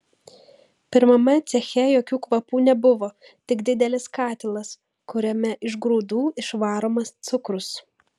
pirmame ceche jokių kvapų nebuvo tik didelis katilas kuriame iš grūdų išvaromas cukrus